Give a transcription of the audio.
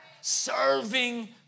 serving